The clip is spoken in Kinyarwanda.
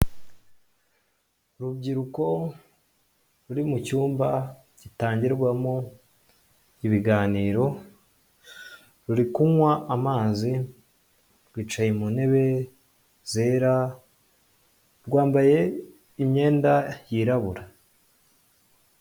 Urubyiruko, ruri mu cyumba gitangirwamo ibiganiro, ruri kunywa amazi, rwicaye mu ntebe zera, rwambaye imyenda yirabura.